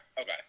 okay